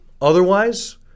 otherwise